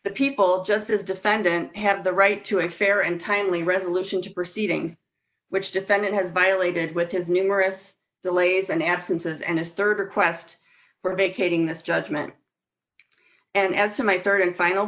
the people of justice defendant have the right to a fair and timely resolution to proceedings which defendant has violated with his numerous delays and absences and a rd request for vacating this judgment and as to my rd and final